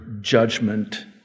judgment